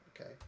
okay